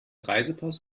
reisepass